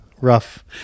Rough